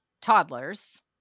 toddlers